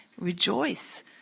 Rejoice